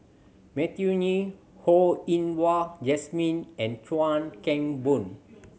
Matthew Ngui Ho Yen Wah Jesmine and Chuan Keng Boon